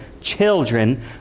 children